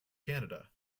canada